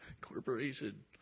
Corporation